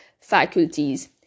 faculties